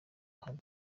ahari